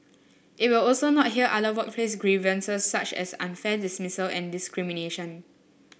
it will also not hear other workplace grievances such as unfair dismissal and discrimination